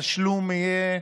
התשלום יהיה,